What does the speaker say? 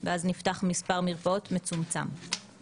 ואז נפתח מספר מצומצם של מרפאות.